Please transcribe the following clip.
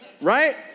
right